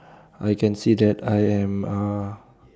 I can see that I am uh